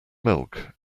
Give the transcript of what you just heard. milk